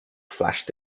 flashed